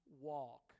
walk